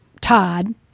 Todd